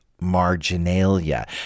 marginalia